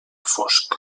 fosc